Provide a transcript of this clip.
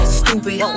stupid